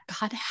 God